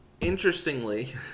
Interestingly